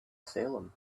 salem